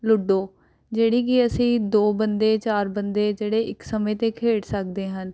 ludo ਜਿਹੜੀ ਕਿ ਅਸੀਂ ਦੋ ਬੰਦੇ ਚਾਰ ਬੰਦੇ ਜਿਹੜੇ ਇੱਕ ਸਮੇਂ 'ਤੇ ਖੇਡ ਸਕਦੇ ਹਨ